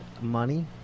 Money